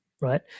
Right